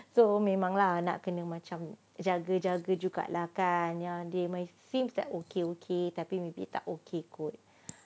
so memang lah nak kena macam jaga-jaga jugaa lah kan yang mereka seems like okay okay tapi tak okay kot